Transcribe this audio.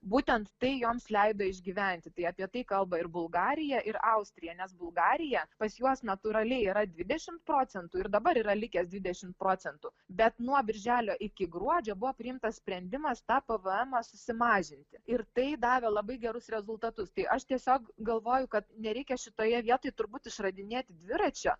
būtent tai joms leido išgyventi tai apie tai kalba ir bulgarija ir austrija nes bulgarija pas juos natūraliai yra dvidešimt procentų ir dabar yra likęs dvidešimt procentų bet nuo birželio iki gruodžio buvo priimtas sprendimas tą pvemą susimažinti ir tai davė labai gerus rezultatus tai aš tiesiog galvoju kad nereikia šitoje vietoj turbūt išradinėti dviračio